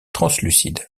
translucide